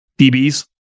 DBs